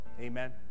Amen